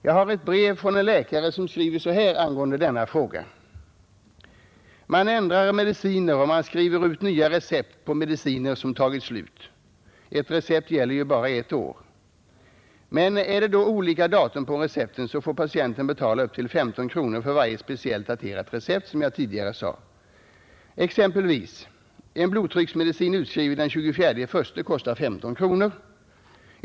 Jag har ett brev från en läkare som skriver följande angående denna fråga: ”Man ändrar mediciner och man skriver ut nya recept på mediciner som tagit slut. Ett recept gäller ju bara ett år. Men är det då olika datum på recepten får patienten betala upp till 15 kronor för varje speciellt daterat recept. Exempelvis: En blodtrycksmedicin utskriven den 24.1. kostar 15 kronor.